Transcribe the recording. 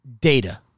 data